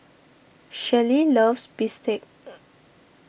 Shellie loves Bistake